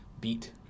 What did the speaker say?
beat